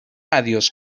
adiós